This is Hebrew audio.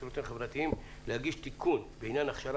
הרווחה והשירותים החברתיים להגיש תיקון בעניין